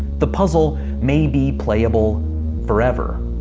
the puzzle may be playable forever.